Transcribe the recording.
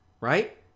right